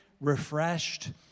refreshed